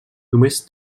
només